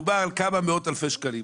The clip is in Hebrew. מדובר על כמה מאות אלפי שקלים,